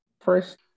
first